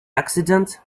accident